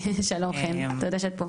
שלום חן, תודה שאת פה.